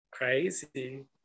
crazy